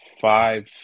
five